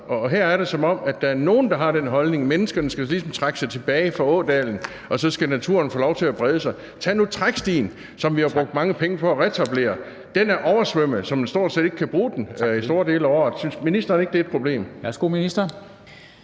og her er det, som om der er nogle, der har den holdning, at mennesker ligesom skal trække sig tilbage fra ådalen, og så skal naturen få lov til at brede sig. Tag nu trækstien, som vi har brugt mange penge på at reetablere. Den er oversvømmet, så man stort set ikke kan bruge den i store dele af året. Synes ministeren ikke, det er et problem?